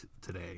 today